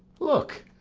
look,